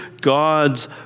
God's